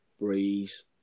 Breeze